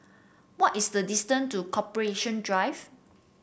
what is the distant to Corporation Drive